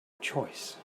choice